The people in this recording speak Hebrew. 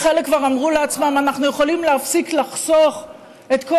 וחלק כבר אמרו לעצמם: אנחנו יכולים להפסיק לחסוך את כל